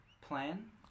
plan